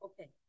Okay